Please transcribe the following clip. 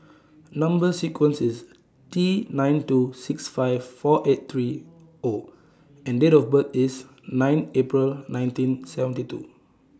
Number sequence IS T nine two six five four eight three O and Date of birth IS nine April nineteen seventy two